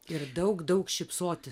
ir daug daug šypsotis